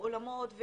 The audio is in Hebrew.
באולמות,